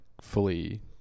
fully